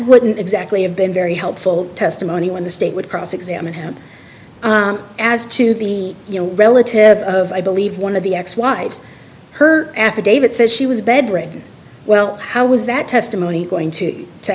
wouldn't exactly have been very helpful testimony when the state would cross examine him as to be you know relatives of i believe one of the ex wives her affidavit says she was bedridden well how was that testimony going to